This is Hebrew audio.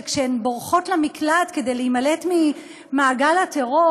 שכשהן בורחות למקלט כדי להימלט ממעגל הטרור,